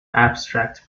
abstract